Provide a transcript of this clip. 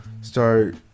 start